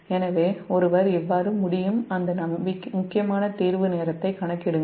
எனவே ஒருவர் அந்த முக்கியமான தீர்வு நேரத்தை கணக்கிடுங்கள்